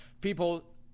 people